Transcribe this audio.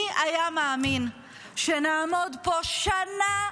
מי היה מאמין שנעמוד פה אחרי שנה,